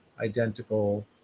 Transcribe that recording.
identical